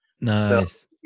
Nice